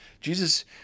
Jesus